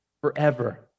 forever